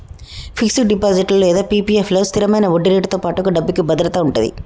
fixed deposit లేదా PPF లలో స్థిరమైన వడ్డీరేటుతో పాటుగా డబ్బుకి భద్రత కూడా ఉంటది